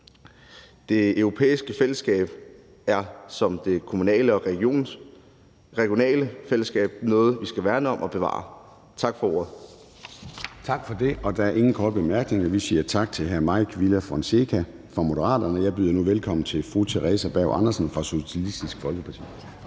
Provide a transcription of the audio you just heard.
Det europæiske fællesskab er ligesom det kommunale og det regionale fællesskab noget, vi skal værne om og bevare. Tak for ordet. Kl. 10:47 Formanden (Søren Gade): Tak for det. Der er ingen korte bemærkninger. Vi siger tak til hr. Mike Villa Fonseca fra Moderaterne, og jeg byder nu velkommen til fru Theresa Berg Andersen fra Socialistisk Folkeparti.